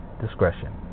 discretion